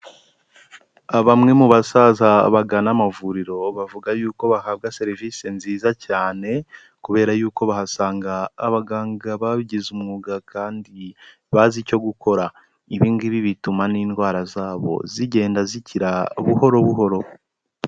Bamwe mu basaza bagana amavuriro, bavuga yuko bahabwa serivisi nziza cyane, kubera yuko bahasanga abaganga babigize umwuga kandi bazi icyo gukora. Ibi ngibi bituma n'indwara zabo zigenda zikira buhoro buhoro.